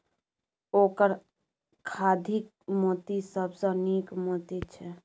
ओकर खाधिक मोती सबसँ नीक मोती छै